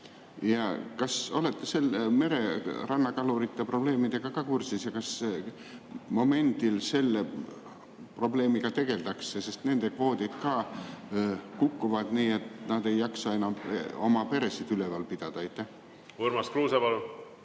Kas olete mere rannakalurite probleemidega kursis ja kas selle probleemiga tegeldakse? Nende kvoodid ka kukuvad, nii et nad ei jaksa enam oma peresid üleval pidada. Urmas Kruuse,